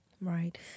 Right